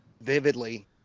vividly